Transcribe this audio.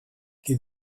qui